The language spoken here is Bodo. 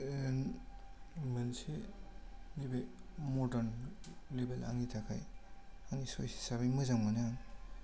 मोनसे नैबे मरडार्न लेबेल आ आंनि थाखाय आंनि सयस हिसाबै मोजां मोनो आं